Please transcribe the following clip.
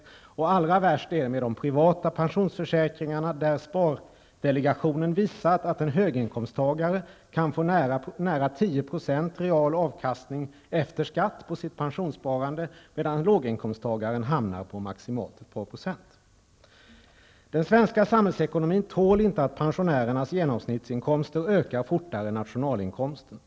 Det är allra värst med de privata pensionsförsäkringarna. Spardelegationen har visat att en höginkomsttagare kan få nära 10 % i real avkastning efter skatt på sitt pensionssparande, medan låginkomsttagare kan få maximalt ett par procent. Den svenska samhällsekonomin tål inte att pensionärernas genomsnittsinkomster ökar fortare än nationalinkomsten.